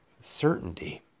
certainty